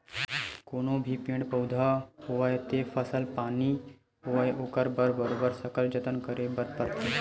कोनो भी पेड़ पउधा होवय ते फसल पानी होवय ओखर बर बरोबर सकल जतन करे बर परथे